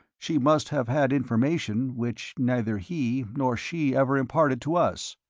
she must have had information which neither he nor she ever imparted to us.